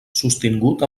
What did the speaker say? sostingut